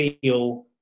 feel